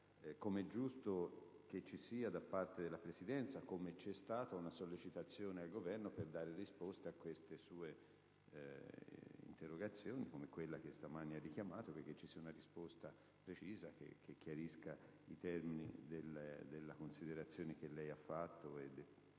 come è giusto che ci sia da parte della Presidenza, come c'è stata, una sollecitazione al Governo per dare risposte a queste sue interrogazioni, come quella che ha richiamato, e che ci sia una risposta precisa per chiarire i termini delle considerazioni da lei svolte